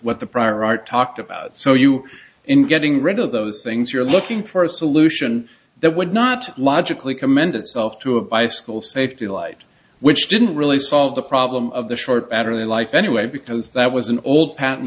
what the prior art talked about so you in getting rid of those things you're looking for a solution that would not logically commend itself to a bicycle safety light which didn't really solve the problem of the short battery life anyway because that was an old pat